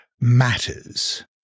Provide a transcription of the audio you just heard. matters